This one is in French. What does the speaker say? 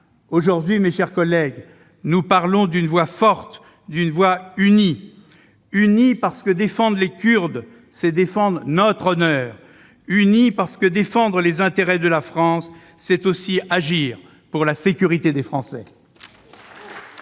Aujourd'hui, mes chers collègues, nous parlons d'une voix forte, unie, parce que défendre les Kurdes, c'est défendre notre honneur, parce que défendre les intérêts de la France, c'est aussi agir pour la sécurité des Français